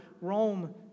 Rome